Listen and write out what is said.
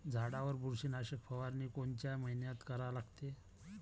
झाडावर बुरशीनाशक फवारनी कोनच्या मइन्यात करा लागते?